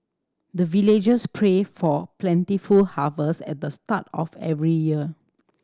the villagers pray for plentiful harvest at the start of every year